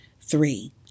Three